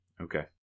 Okay